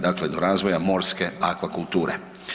Dakle, do razvoja morske aquakulture.